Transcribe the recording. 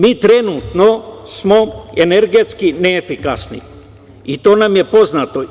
Mi trenutno smo energetski neefikasni i to nam je poznato.